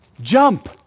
jump